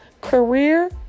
career